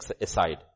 aside